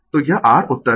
तो यह r उत्तर है